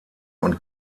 und